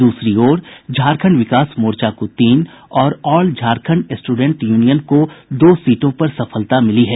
दूसरी ओर झारखंड विकास मोर्चा को तीन और ऑल झारखंड स्टूडेंस यूनियन को दो सीटों पर सफलता मिली है